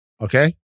Okay